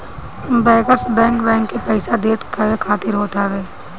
bankers bank, bank के पईसा देवे खातिर होत हवे